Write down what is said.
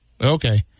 Okay